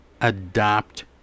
adopt